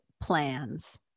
plans